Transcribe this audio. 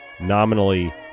nominally